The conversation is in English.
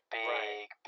big